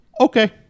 Okay